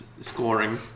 scoring